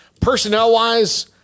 personnel-wise